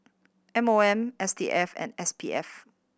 M O M S T S and S P F